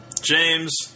James